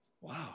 Wow